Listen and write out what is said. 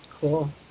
cool